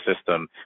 system